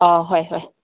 ꯑꯥ ꯍꯣꯏ ꯍꯣꯏ